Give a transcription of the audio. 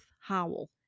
Howell